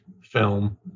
film